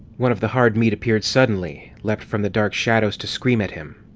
one of the hard meat appeared suddenly, leapt from the dark shadows to scream at him.